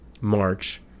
March